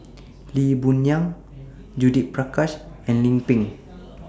Lee Boon Yang Judith Prakash and Lim Pin